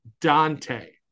Dante